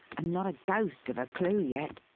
and not a ghost of a clue yet.